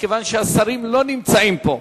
מכיוון שהשרים לא נמצאים פה.